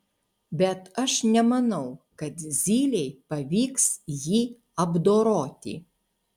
bet aš nemanau kad zylei pavyks jį apdoroti